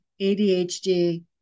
ADHD